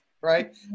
right